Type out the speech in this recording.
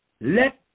Let